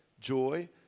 joy